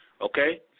Okay